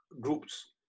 groups